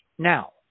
Now